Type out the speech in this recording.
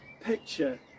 picture